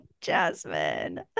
Jasmine